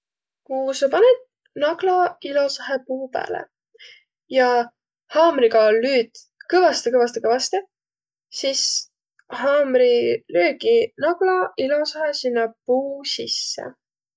Ku sa panõt nagla ilosahe puu pääle ja haamriga lüüt kõvastõ, kõvastõ, kõvastõ, sis haamri lüügi nagla ilosahe sinnäq puu sisse.